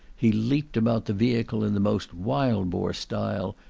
he leaped about the vehicle in the most wild-boar style,